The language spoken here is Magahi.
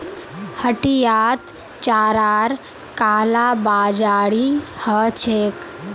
हटियात चारार कालाबाजारी ह छेक